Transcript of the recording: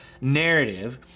narrative